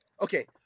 okay